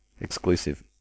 exclusive